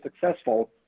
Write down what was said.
successful